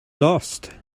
lost